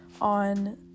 on